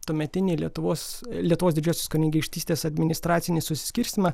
tuometinį lietuvos lietuvos didžiosios kunigaikštystės administracinį suskirstymą